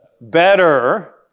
better